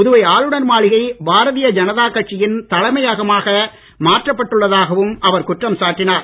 புதுவை ஆளுநர் மாளிகை பாரதிய ஜனதா கட்சியின் தலைமையகமாக மாற்றப்பட்டுள்ளதாகவும் அவர் குற்றம் சாட்டினார்